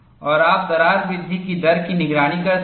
और आप दरार वृद्धि की दर की निगरानी करते हैं